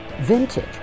Vintage